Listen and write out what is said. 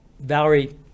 Valerie